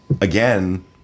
again